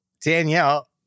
Danielle